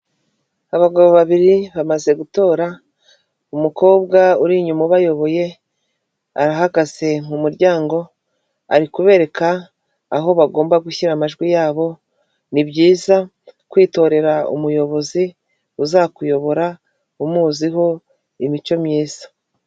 Abagabo babiri bamaze gutora, umukobwa uri inyuma ubayoboye arahagaze mu muryango, ari kubereka aho bagomba gushyira amajwi yabo, ni byizayiza kwitorera umuyobozi uzakuyobora umuziho imico myiza.